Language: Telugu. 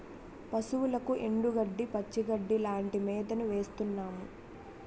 పశువులకు ఎండుగడ్డి, పచ్చిగడ్డీ లాంటి మేతను వేస్తున్నాము